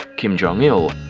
kim jong-il.